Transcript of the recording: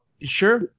sure